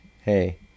Hey